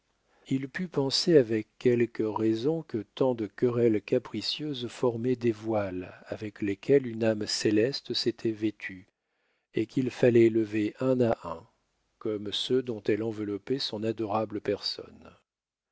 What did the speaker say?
il put penser avec quelque raison que tant de querelles capricieuses formaient des voiles avec lesquels une âme céleste s'était vêtue et qu'il fallait lever un à un comme ceux dont elle enveloppait son adorable personne